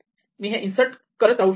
मी हे इन्सर्ट करत राहू शकतो